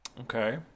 okay